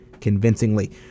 convincingly